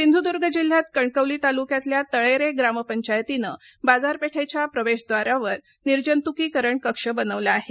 सिंध्दुर्ग जिल्ह्यात कणकवली तालुक्यातल्या तळेरे ग्रामपंचायतीनं बाजारपेठेच्या प्रवेशद्वारावर निर्जंतुकीकरण कक्ष बनविला आहे